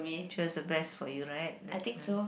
cher is the best for you right